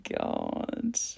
God